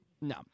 No